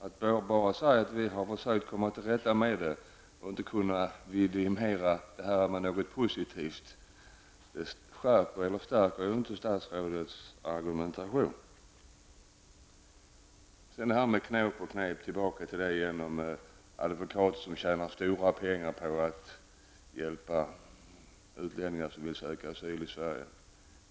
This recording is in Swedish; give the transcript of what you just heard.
Att bara säga att man har försökt att komma till rätta med problemen och inte kunna vidimera med något positivt förstärker inte statsrådets argumentation. Sedan tillbaka till frågan om knåp och knep och advokater som tjänar stora pengar på att hjälpa utlänningar som vill söka asyl i Sverige.